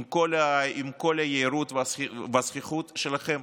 עם כל היהירות והזחיחות שלכם,